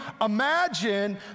imagine